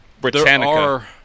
Britannica